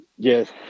Yes